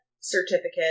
certificate